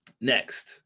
Next